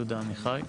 יהודה עמיחי.